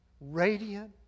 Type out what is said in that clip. radiant